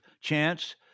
chance